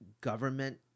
government